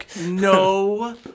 No